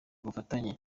ubufatanye